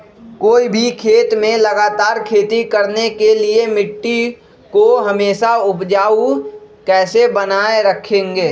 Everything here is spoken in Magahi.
कोई भी खेत में लगातार खेती करने के लिए मिट्टी को हमेसा उपजाऊ कैसे बनाय रखेंगे?